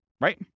Right